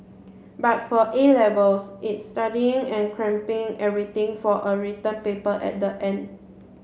but for A Levels it's studying and cramming everything for a written paper at the end